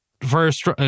first